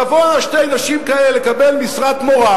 תבואנה שתי נשים כאלה לקבל משרת מורה,